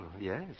yes